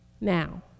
Now